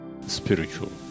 spiritual